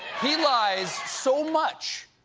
he lies so much,